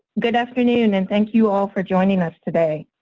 good afternoon, and thank you all for joining us today